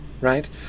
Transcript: right